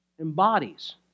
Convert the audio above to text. embodies